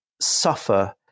suffer